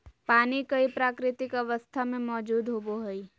पानी कई प्राकृतिक अवस्था में मौजूद होबो हइ